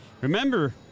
remember